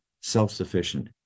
self-sufficient